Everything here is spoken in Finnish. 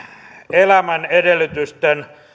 elämän edellytysten